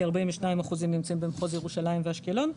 כ-42% נמצאים במחוז ירושלים ואשקלון.